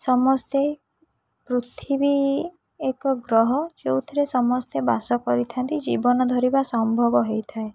ସମସ୍ତେ ପୃଥିବୀ ଏକ ଗ୍ରହ ଯେଉଁଥିରେ ସମସ୍ତେ ବାସ କରିଥାନ୍ତି ଜୀବନ ଧରିବା ସମ୍ଭବ ହୋଇଥାଏ